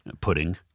Pudding